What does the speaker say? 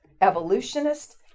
evolutionist